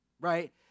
right